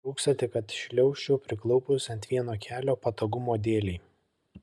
trūksta tik kad šliaužčiau priklaupus ant vieno kelio patogumo dėlei